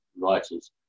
writers